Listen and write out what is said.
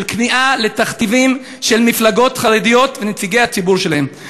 של כניעה לתכתיבים של מפלגות חרדיות ונציגי הציבור שלהן.